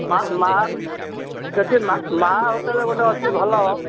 ମା ମା ସେଠି ମା ମା ହୋଟେଲ୍ ଗୋଟେ ଅଛି ଭଲ